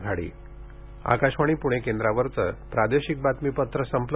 आकाशवाणी पूणे केंद्रावरचं प्रादेशिक बातमीपत्र संपलं